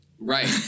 Right